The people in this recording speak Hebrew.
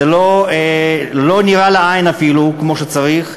זה לא נראה לעין אפילו כמו שצריך.